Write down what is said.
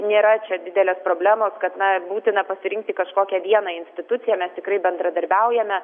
nėra čia didelės problemos kad na būtina pasirinkti kažkokią vieną instituciją mes tikrai bendradarbiaujame